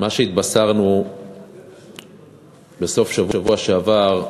מה שהתבשרנו בסוף השבוע שעבר,